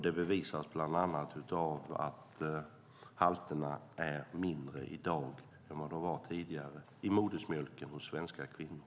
Det bevisas bland annat av att halterna är mindre i dag än de var tidigare i modersmjölken hos svenska kvinnor.